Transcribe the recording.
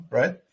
right